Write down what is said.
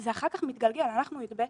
זה אחר כך מתגלגל, אנחנו י"ב,